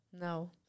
No